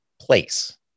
place